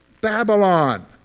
Babylon